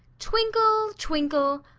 twinkle, twinkle